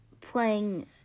playing